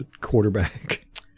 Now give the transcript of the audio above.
quarterback